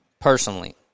personally